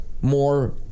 more